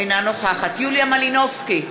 אינה נוכחת יוליה מלינובסקי,